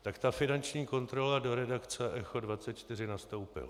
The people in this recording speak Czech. Tak ta finanční kontrola do redakce echo24 nastoupila.